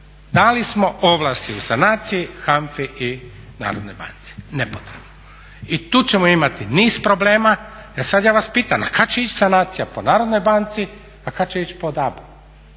dali smo ovlasti u sanaciji HANFA-i i Narodnoj banci, nepotrebno, i tu ćemo imati niz problema. Ja sada vas pitam, a kada će ići sanacija po Narodnoj banci, a kada će ići po DAB-u,